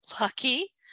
Lucky